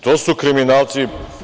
To su kriminalci.